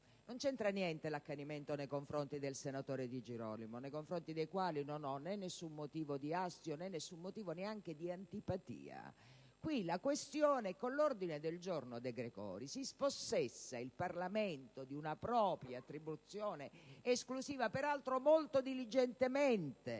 Non c'entra niente l'accanimento nei confronti del senatore Di Girolamo, nei riguardi del quale non ho alcun motivo di astio e neanche di antipatia. In questo caso, con l'ordine del giorno De Gregorio si spossessa il Parlamento di un'attribuzione esclusiva, peraltro molto diligentemente